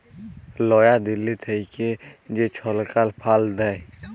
লয়া দিল্লী থ্যাইকে যে ছরকার ফাল্ড দেয়